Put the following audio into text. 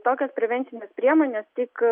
tokios prevencinės priemonės tik